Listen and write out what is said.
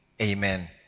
Amen